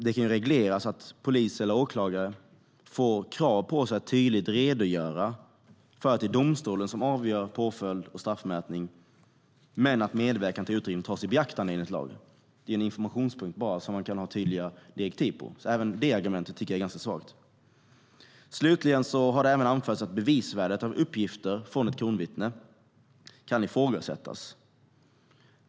Det kan ju regleras att polis eller åklagare får krav på sig att tydligt redogöra för att det är domstolen som avgör påföljd och straffmätning men att medverkan till utredning tas i beaktande enligt lagen. Det är en informationspunkt som man kan ha tydliga direktiv för. Slutligen har det även anförts att bevisvärdet av uppgifter från ett kronvittne kan ifrågasättas.